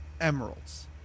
emeralds